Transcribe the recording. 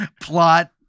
Plot